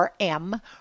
RM